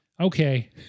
Okay